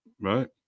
right